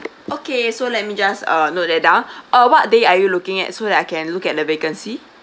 okay so let me just uh note that down uh what day are you looking at so that I can look at the vacancy